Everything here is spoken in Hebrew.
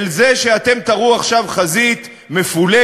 אל זה שאתם תַראו עכשיו חזית מפולגת,